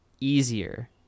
easier